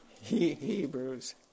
Hebrews